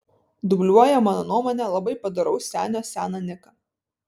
dubliuoja mano nuomone labai padoraus senio seną niką